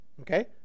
Okay